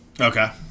Okay